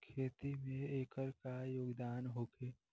खेती में एकर का योगदान होखे?